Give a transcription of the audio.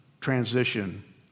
transition